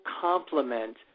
complement